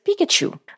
Pikachu